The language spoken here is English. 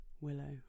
Willow